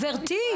גברתי,